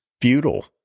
futile